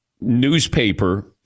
newspaper